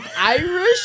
Irish